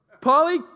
Polly